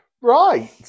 Right